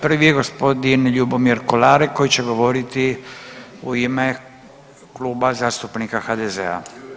Prvi je gospodin Ljubomir Kolarek koji će govoriti u ime Kluba zastupnika HDZ-a.